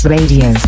Radio